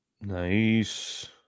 Nice